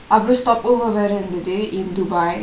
அப்பிரொ:appro stopeover வேர இருந்தது:vera irunthathu in dubai